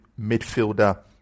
midfielder